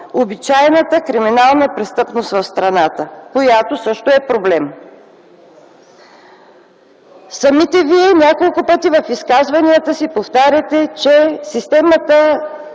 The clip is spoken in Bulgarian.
обичайната криминална престъпност в страната, която също е проблем. Самите вие няколко пъти в изказванията си поставяте въпроса, че системата